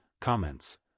Comments